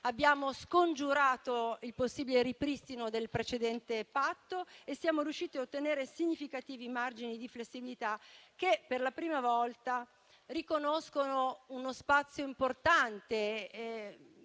Abbiamo scongiurato il possibile ripristino del precedente Patto e siamo riusciti a ottenere significativi margini di flessibilità che, per la prima volta, riconoscono uno spazio importante